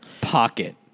pocket